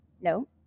No